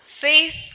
Faith